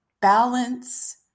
balance